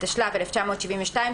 התשל"ב 1972,